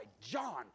john